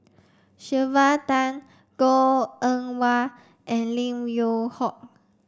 Sylvia Tan Goh Eng Wah and Lim Yew Hock